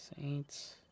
Saints